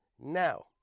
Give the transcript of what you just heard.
now